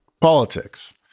politics